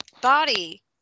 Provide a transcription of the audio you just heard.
body